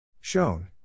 Shown